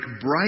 bright